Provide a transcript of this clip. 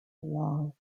wall